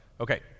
Okay